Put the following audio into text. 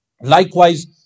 Likewise